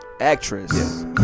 actress